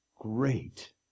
Great